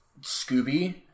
Scooby